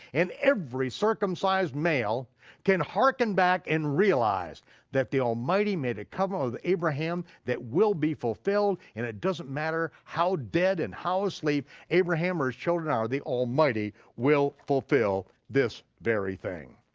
and every circumcised male can harken back and realize that the almighty made a covenant with abraham that will be fulfilled, and it doesn't matter how dead and how asleep abraham or his children are, the almighty will fulfill this very thing.